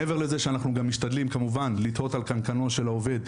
מעבר לזה שאנחנו גם משתדלים לתהות על קנקנו של העובד,